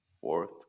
fourth